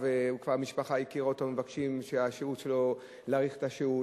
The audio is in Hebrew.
המשפחה כבר מכירה אותו ומבקשים להאריך את השהות,